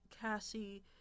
Cassie